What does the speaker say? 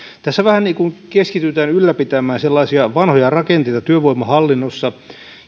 tässä vähän niin kuin keskitytään ylläpitämään sellaisia vanhoja rakenteita työvoimahallinnossa